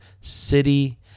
city